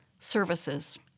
services